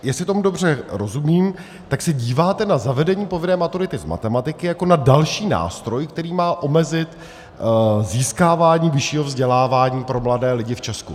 Jestli tomu dobře rozumím, tak se díváte na zavedení povinné maturity z matematiky jako na další nástroj, který má omezit získávání vyššího vzdělávání pro mladé lidi v Česku.